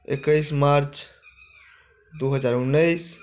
एक्कैस मार्च दू हजार उन्नैस